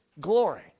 glory